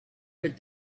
but